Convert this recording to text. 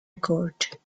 court